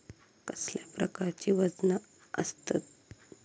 कसल्या प्रकारची वजना आसतत?